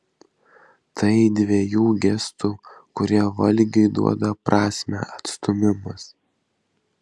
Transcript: tai dvejų gestų kurie valgiui duoda prasmę atstūmimas